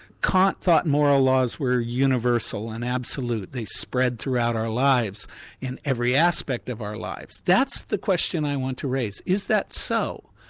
kant thought moral laws were universal and absolute, they spread throughout our lives in every aspect of our lives. that's the question i want to raise. is that so?